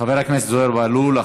חבר הכנסת זוהיר בהלול.